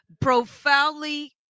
Profoundly